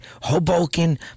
Hoboken